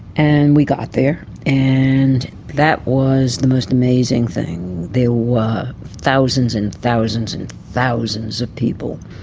and we got there, and that was the most amazing thing. there were thousands and thousands and thousands of people,